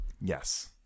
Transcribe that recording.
Yes